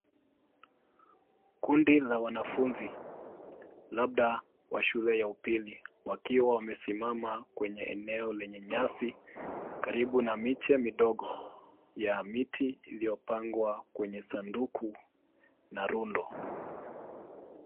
Kundi la wanafunzi labda wa shule ya upili wakiwa wamesimama kwenye eneo lenye nyasi ,karibu na miche midogo ya miti iliyopangwa kwenye sanduku na rundo.